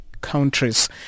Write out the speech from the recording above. countries